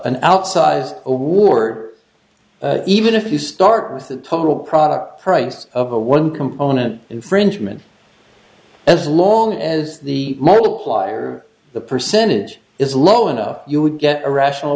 an outsize war even if you start with the total product price of a one component infringement as long as the multiplier the percentage is low enough you would get a rational